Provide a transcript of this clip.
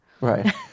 Right